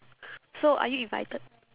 so are you invited